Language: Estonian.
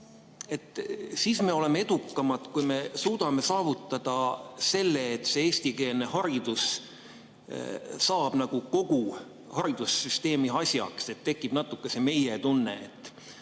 et siis me oleme edukamad, kui me suudame saavutada selle, et eestikeelne haridus saab kogu haridussüsteemi asjaks, et tekib natuke see meie-tunne.